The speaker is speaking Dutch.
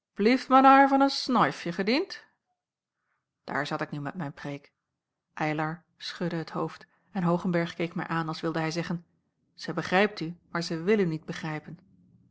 men haier van n snoifje gediend daar zat ik nu met mijn preêk eylar schudde het hoofd en hoogenberg keek mij aan als wilde hij zeggen zij begrijpt u maar zij wil u niet begrijpen